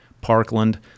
Parkland